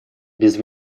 без